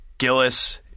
Gillis